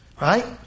right